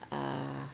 ah